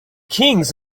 kings